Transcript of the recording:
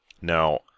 Now